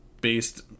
based